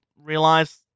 realize